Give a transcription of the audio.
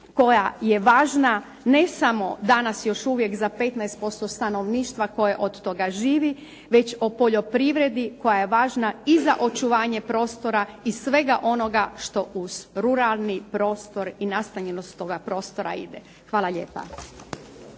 koja je važna, ne samo danas još uvijek za 15% stanovništva koje od toga živi, već o poljoprivredi koja je važna i za očuvanje prostora i svega onoga što uz ruralni prostor i nastanjenost toga prostora ide. Hvala lijepa.